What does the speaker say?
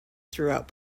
throughout